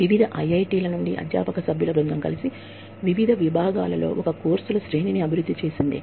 వివిధ ఐఐటిల నుండి అధ్యాపక సభ్యుల బృందం కలిసి వివిధ విభాగాలలో ఒక కోర్సుల శ్రేణిని అభివృద్ధి చేసింది